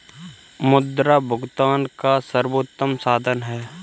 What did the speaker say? मुद्रा भुगतान का सर्वोत्तम साधन है